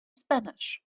spanish